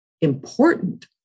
important